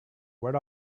went